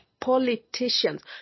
politicians